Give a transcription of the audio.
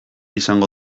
izango